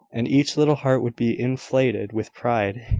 and each little heart would be inflated with pride,